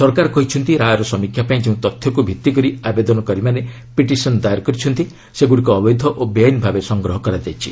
ସରକାର କହିଛନ୍ତି ରାୟର ସମୀକ୍ଷା ପାଇଁ ଯେଉଁ ତଥ୍ୟକୁ ଭିଭିକରି ଆବେଦନକାରୀମାନେ ପିଟିସନ୍ ଦାଏର କରିଛନ୍ତି ସେଗୁଡ଼ିକ ଅବୈଧ ଓ ବେଆଇନ୍ ଭାବେ ସଂଗ୍ରହ କରାଯାଇଛି